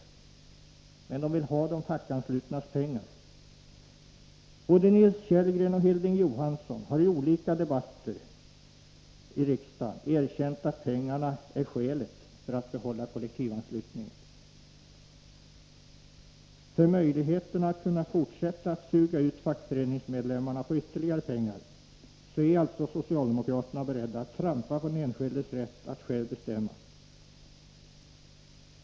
Men socialdemokraterna vill ha de fackanslutnas pengar. Både Nils Kjellgren och Hilding Johansson har i olika riksdagsdebatter erkänt att pengarna är skälet för att behålla kollektivanslutningen. För att behålla möjligheten att fortsätta att plocka av fackföreningsmedlemmarna pengar är alltså socialdemokraterna beredda att trampa på den enskildes rätt att själv besluta om sin partitillhörighet.